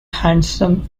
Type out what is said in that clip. handsome